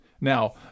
Now